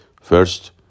First